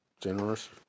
Generous